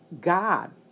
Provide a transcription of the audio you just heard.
God